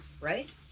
right